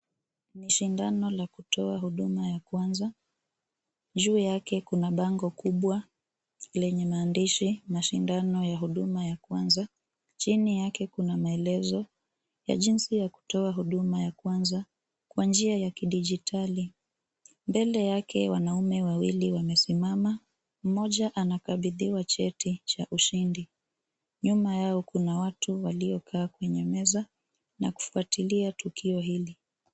Ni shindano la kutoa huduma ya kwanza, juu yake kuna bango kubwa lenye maandishi mashindano ya huduma ya kwanza, chini yake kuna maelezo ya jinsi ya kutoa huduma ya kwanza kwa njia ya kidijitali. Mbele yake wanaume wawili wamesimama, mmoja anakabidhiwa cheti cha ushindi. Nyuma yao kuna watu waliokaa kwenye meza na kufuatilia tukio hili.